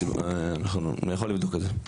אני יכול לבדוק את זה.